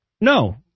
No